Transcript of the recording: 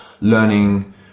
learning